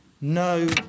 No